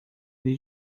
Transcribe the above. ele